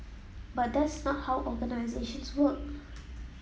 but that's not how organisations work